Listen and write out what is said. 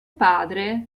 padre